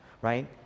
Right